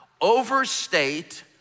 overstate